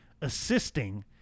assisting